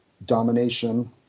domination